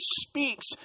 speaks